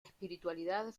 espiritualidad